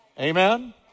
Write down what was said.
Amen